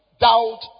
doubt